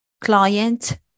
client